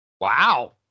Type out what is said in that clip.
Wow